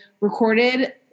recorded